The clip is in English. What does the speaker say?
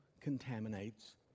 contaminates